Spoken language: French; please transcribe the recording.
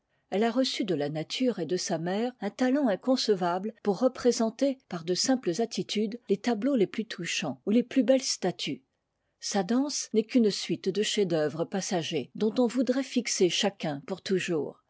elle a reçu de la nature et de sa mère un talent inconcevable pour représenter par de simples attitudes les tableaux les plus touchants ou les plus belles statues sa danse n'est qu'une suite de chefs-d'œuvre passagers dont on voudrait fixer chacun pour toujours